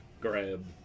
grab